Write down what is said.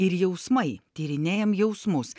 ir jausmai tyrinėjam jausmus